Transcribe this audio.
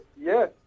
yes